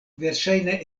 verŝajne